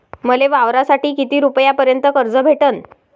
मले वावरासाठी किती रुपयापर्यंत कर्ज भेटन?